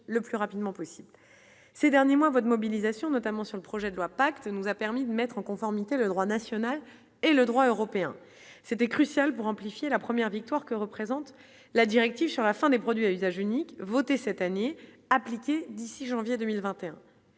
le plus rapidement possible ces derniers mois, votre mobilisation, notamment sur le projet de loi pacte nous a permis de mettre en conformité le droit national et le droit européen, c'était crucial pour amplifier la première victoire que représente la directive sur la fin des produits à usage unique votée cette année appliquer d'ici janvier 2021,